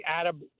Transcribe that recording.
Adam